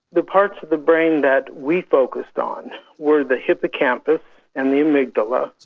the parts of the brain that we focused on where the hippocampus and the amygdala. so